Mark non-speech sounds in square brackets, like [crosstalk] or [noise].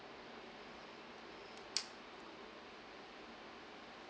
[noise]